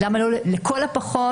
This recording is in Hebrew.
לכל הפחות,